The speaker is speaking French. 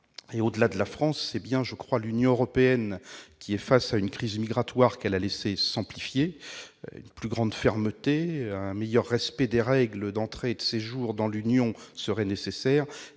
Au-delà de la France, c'est bien, je le crois, l'Union européenne qui est face à une crise migratoire qu'elle a laissé s'amplifier. Une plus grande fermeté et un meilleur respect des règles d'entrée et de séjour dans l'Union européenne, ainsi